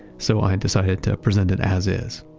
so i decided to present it as is